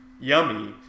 Yummy